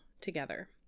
together